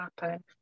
happen